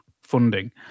funding